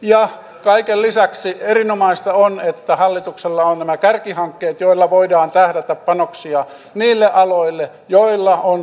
ja kaiken lisäksi erinomaista on että hallituksella on nämä kärkihankkeet joilla voidaan tähdätä panoksia niille aloille joissa on suomen tulevaisuus